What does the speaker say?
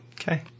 Okay